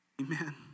Amen